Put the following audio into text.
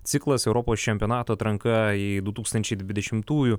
ciklas europos čempionato atranka į du tūkstančiai dvidešimtųjų